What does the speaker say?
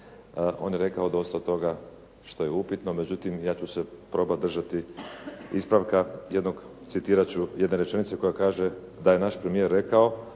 on je rekao dosta toga što je upitno međutim ja ću se probati držati ispravka jednog, citirat ću, jedne rečenice koja kaže da je naš premijer rekao